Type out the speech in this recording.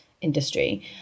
industry